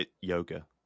yoga